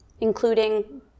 including